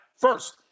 First